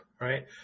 right